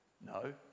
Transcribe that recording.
No